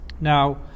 Now